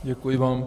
Děkuji vám.